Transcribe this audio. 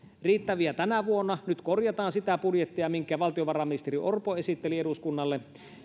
riittäviä tänä vuonna nyt korjataan sitä budjettia minkä valtiovarainministeri orpo esitteli eduskunnalle